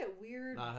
weird